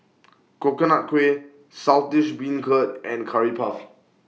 Coconut Kuih Saltish Beancurd and Curry Puff